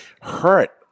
hurt